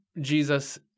Jesus